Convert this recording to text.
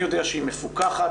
אני יודע שהיא מפוקחת,